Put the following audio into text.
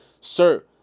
sir